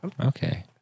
Okay